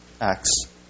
acts